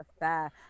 affair